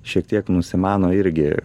šiek tiek nusimano irgi